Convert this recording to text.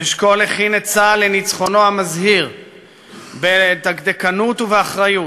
אשכול הכין את צה"ל לניצחונו המזהיר בדקדקנות ובאחריות.